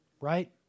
right